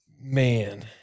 Man